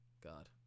God